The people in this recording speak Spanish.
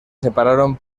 separaron